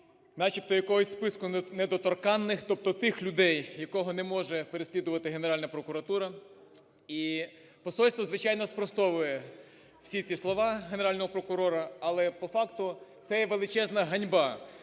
начебто якогось списку недоторканних, тобто тих людей, кого не може переслідувати Генеральна прокуратура. І посольство, звичайно, спростовує всі ці слова Генерального прокурора, але по факту це є величезна ганьба,